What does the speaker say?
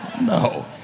no